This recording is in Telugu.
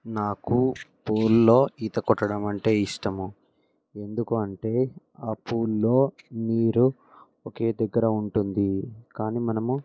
నాకు పూల్లో ఈత కొట్టడం అంటే ఇష్టము ఎందుకంటే ఆ పూల్లో నీరు ఒకే దగ్గర ఉంటుంది కానీ మనము